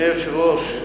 אדוני היושב-ראש,